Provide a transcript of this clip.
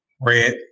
Red